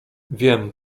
wiem